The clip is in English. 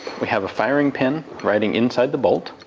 we have a firing pin riding inside the bolt,